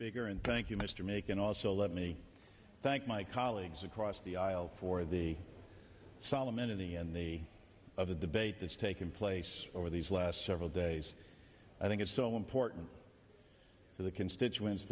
speaker and thank you mr macon also let me thank my colleagues across the aisle for the solemn entity and the of the debate that's taken place over these last several days i think is so important to the constituents